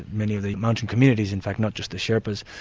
many of the mountain communities in fact, not just the sherpas,